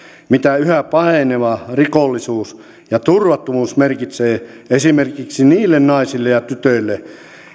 mitä yhä paheneva rikollisuus ja turvattomuus merkitsevät esimerkiksi niille naisille ja tytöille